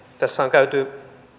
tässä on käyty